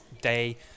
day